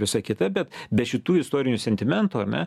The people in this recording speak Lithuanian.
visa kita bet be šitų istorinių sentimentų ar ne